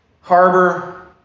harbor